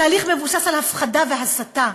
התהליך מבוסס על הפחדה והסתה,